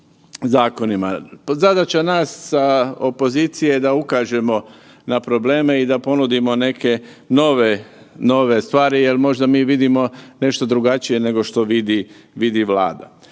Zadaća nas sa opozicije je da ukažemo na probleme i da ponudimo neke nove, nove stvari jer možda mi vidimo nešto drugačije nego što vidi Vlada.